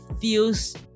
feels